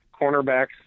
cornerback's